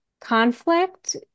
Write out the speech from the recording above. conflict